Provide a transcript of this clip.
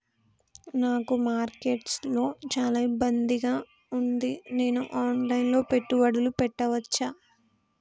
నాకు మార్కెట్స్ లో చాలా ఇబ్బందిగా ఉంది, నేను ఆన్ లైన్ లో పెట్టుబడులు పెట్టవచ్చా?